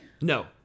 No